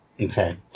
Okay